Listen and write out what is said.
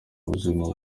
ubuzima